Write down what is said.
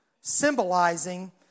symbolizing